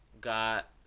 got